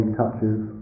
touches